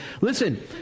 Listen